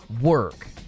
work